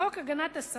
בחוק הגנת השכר,